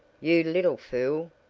you little fool!